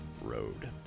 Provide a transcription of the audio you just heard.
Road